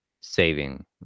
saving